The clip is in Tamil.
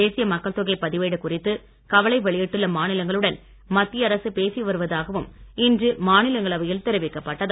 தேசிய மக்கள் தொகை பதிவேடு குறித்து கவலை வெளியிட்டுள்ள மாநிலங்களுடன் மத்திய அரசு பேசி வருவதாகவும் இன்று மாநிலங்களவையில் தெரிவிக்கப்பட்டது